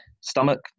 stomach